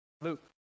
Luke